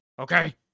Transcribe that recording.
Okay